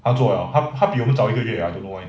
他做了他他比我们早一个月 I don't know why